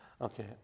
Okay